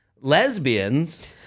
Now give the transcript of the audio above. lesbians